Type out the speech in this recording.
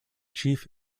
chief